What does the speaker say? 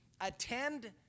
attend